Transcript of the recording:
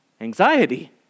anxiety